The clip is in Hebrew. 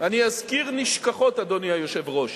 אני אזכיר נשכחות, אדוני היושב-ראש.